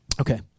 Okay